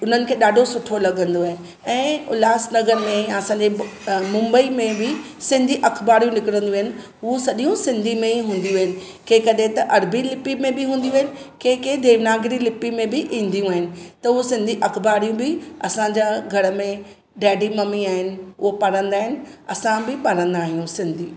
उन्हनि खे ॾाढो सुठो लॻंदो आहे ऐं उल्हास नगर में असांजे मुंबई में बि सिंधी अख़बारियूं निकिरंदियूं आहिनि उ सॼियूं सिंधीअ में ई हूंदियूं आहिनि के कॾहिं त अरबी लिपी मे बि हूंदियूं आहिनि के के देवनागरी लिपी में बि ईंदिय़ूं आहिनि त उ सिंधी अख़बारियूं बि असांजा घर में डैडी ममी आहिनि उहे पढ़ंदा आहिनि असां बि पढ़ंदा आहियूं सिंधी